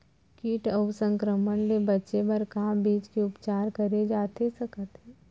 किट अऊ संक्रमण ले बचे बर का बीज के उपचार करे जाथे सकत हे?